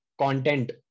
content